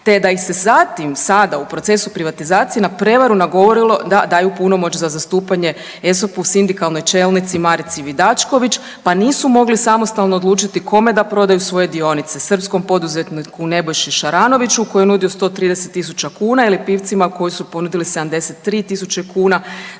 te da ih se zatim sada u procesu privatizacije na prevaru nagovorilo da daju punomoć za zastupanje ESOP-u, sindikalnoj čelnici Marici Vidačković, pa nisu mogli samostalno odlučiti kome da prodaju svoje dionice, srpskom poduzetniku Nebojši Šaranoviću koji je nudio 130 tisuća kuna ili Pivcima koji su ponudili 73 tisuće kuna